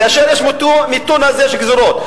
כאשר יש מיתון יש גזירות,